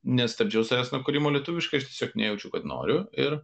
nestabdžiau savęs kūrimo lietuviškai aš tiesiog nejaučiau kad noriu ir